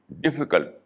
difficult